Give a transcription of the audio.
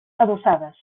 adossades